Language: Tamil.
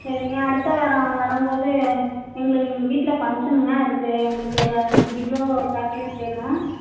சரிங்க அடுத்த வாரம் வரம்போது எங்களு எங்கள் வீட்டில ஃபங்க்ஷனுங்க அதுக்கு எங்களுக்கு ஒரு அஞ்சுக் கிலோ சாக்லேட் வேணும்